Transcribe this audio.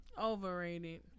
Overrated